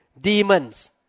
demons